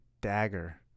dagger